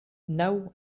now